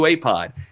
Pod